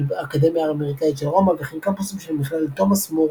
האקדמיה האמריקאית של רומא וכן קמפוסים של מכללת תומאס מור